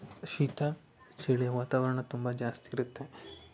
ಶೀತ ಚಳಿ ವಾತಾವರಣ ತುಂಬ ಜಾಸ್ತಿ ಇರುತ್ತೆ